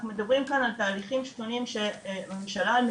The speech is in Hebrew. אנחנו מדברים כאן על תהליכים שונים שהממשלה שלנו